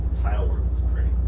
tile work is pretty,